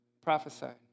prophesied